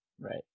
right